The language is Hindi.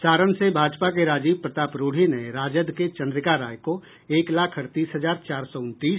सारण से भाजपा के राजीव प्रताप रूढी ने राजद के चंद्रिका राय को एक लाख अड़तीस हजार चौर सौ उनतीस